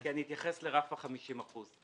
כי אתייחס לרף ה-50%.